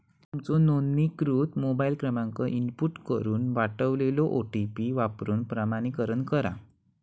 तुमचो नोंदणीकृत मोबाईल क्रमांक इनपुट करून पाठवलेलो ओ.टी.पी वापरून प्रमाणीकरण करा